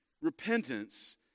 Repentance